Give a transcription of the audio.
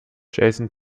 jason